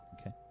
okay